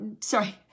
sorry